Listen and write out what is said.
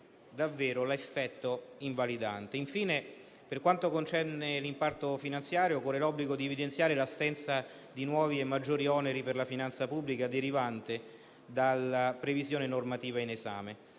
davvero l'effetto invalidante. Infine, per quanto concerne l'impatto finanziario, corre l'obbligo di evidenziare l'assenza di nuovi e maggiori oneri per la finanza pubblica derivanti dalla previsione normativa in esame.